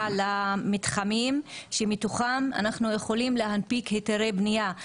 למתחמים שמתוכם אנחנו יכולים להנפיק היתרי בנייה,